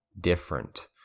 different